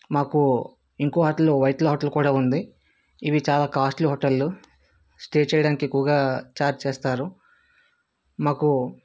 మాకు ఇంకో హోటల్ వైట్లా హోటల్ కూడా ఉంది ఇవి చాలా కాస్ట్లీ హోటళ్ళు స్టే చేయడానికి ఎక్కువగా ఛార్జ్ చేస్తారు మాకు